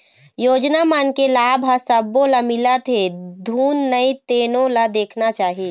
योजना मन के लाभ ह सब्बो ल मिलत हे धुन नइ तेनो ल देखना चाही